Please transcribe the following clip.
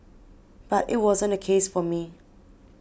but it wasn't the case for me